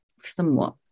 somewhat